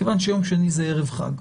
כיוון שיום שני זה ערב חג,